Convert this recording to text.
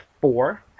four